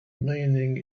meaning